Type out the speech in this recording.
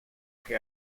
que